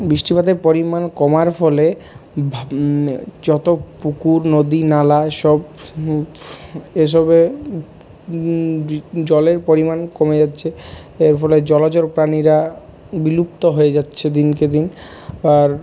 বৃষ্টিপাতের পরিমাণ কমার ফলে যত পুকুর নদী নালা সব এসবে জলের পরিমাণ কমে যাচ্ছে এর ফলে জলচর প্রাণীরা বিলুপ্ত হয়ে যাচ্ছে দিন কে দিন আর